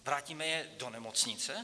Vrátíme je do nemocnice?